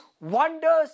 wonders